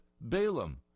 Balaam